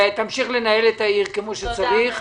תמשיך לנהל את העיר כמו שצריך.